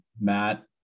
Matt